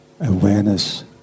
awareness